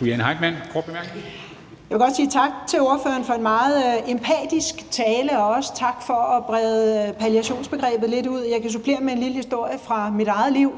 Heitmann (V): Jeg vil godt sige tak til ordføreren for en meget empatisk tale, og også tak for at brede palliationsbegrebet lidt ud. Jeg kan supplere med en lille historie fra mit eget liv.